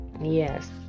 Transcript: Yes